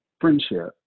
friendship